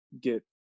get